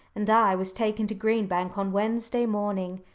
and i was taken to green bank on wednesday morning.